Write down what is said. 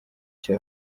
cya